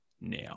Now